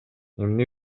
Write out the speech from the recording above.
эмне